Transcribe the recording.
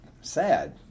sad